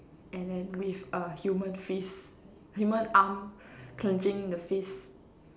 and then with a human fist human arm clenching the fist